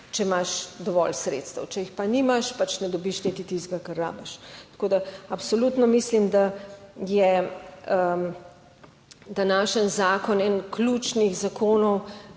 če imaš dovolj sredstev, če jih pa nimaš, pač ne dobiš niti tistega, kar rabiš. Tako da, absolutno mislim, da je današnji zakon eden ključnih zakonov